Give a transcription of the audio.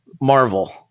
Marvel